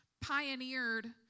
pioneered